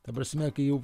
ta prasme kai jau